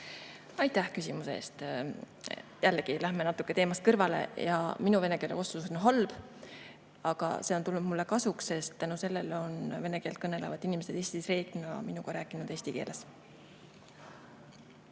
Aitäh küsimuse eest! Jällegi lähme natuke teemast kõrvale. Minu vene keele oskus on halb, aga see on tulnud mulle kasuks, sest tänu sellele on vene keelt kõnelevad inimesed Eestis reeglina minuga rääkinud eesti keeles.